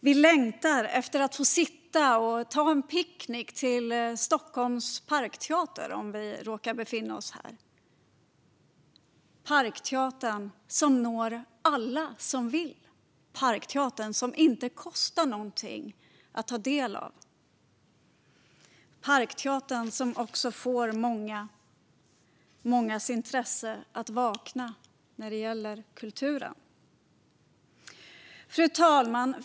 Vi längtar efter att få sitta och äta picknick vid Parkteatern i Stockholm, om vi råkar befinna oss här - Parkteatern, som når alla som vill, som inte kostar någonting att ta del av och som får mångas intresse för kulturen att vakna. Fru talman!